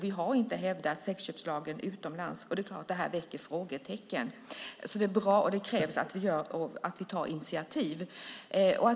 Vi har inte hävdat sexköpslagen utomlands, och det väcker frågetecken. Det krävs att vi tar initiativ.